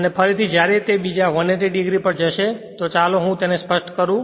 અને ફરીથી જ્યારે તે બીજા 180 o પર જશે તો ચાલો હું તેને સ્પષ્ટ કરું